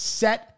set